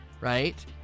right